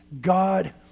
God